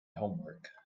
homework